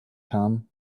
come